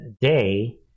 Day